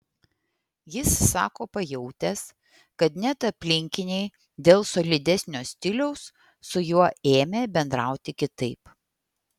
jis sako pajautęs kad net aplinkiniai dėl solidesnio stiliaus su juo ėmė bendrauti kitaip